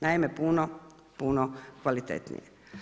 Naime, puno, puno kvalitetnije.